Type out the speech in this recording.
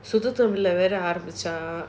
sujith வேற ஆரம்பிச்சான்:vera arambichan